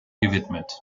gewidmet